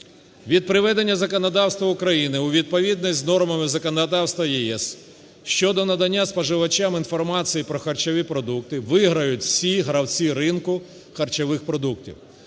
Від приведення законодавства України у відповідність з нормами законодавства ЄС щодо надання споживачам інформації про харчові продукту виграють всі гравці ринку харчових продуктів.